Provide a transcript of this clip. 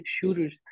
shooters